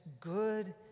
good